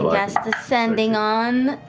cast the sending on